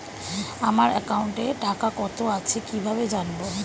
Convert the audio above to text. আমার একাউন্টে টাকা কত আছে কি ভাবে জানবো?